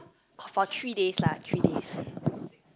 for three days lah three days